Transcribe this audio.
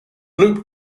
loop